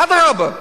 אדרבה.